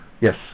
Yes